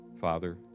Father